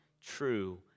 true